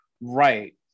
Right